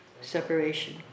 separation